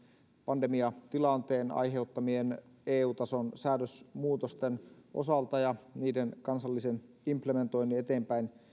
pandemiatilanteen aiheuttamien eu tason säädösmuutosten osalta niiden kansallisen implementoinnin eteenpäin